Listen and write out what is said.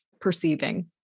perceiving